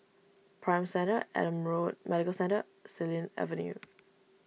Prime Centre Adam Road Medical Centre Xilin Avenue